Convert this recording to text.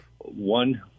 one